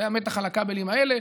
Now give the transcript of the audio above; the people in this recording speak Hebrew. זה המתח על הכבלים האלה.